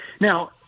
Now